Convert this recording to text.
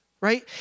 right